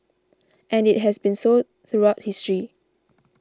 and it has been so throughout history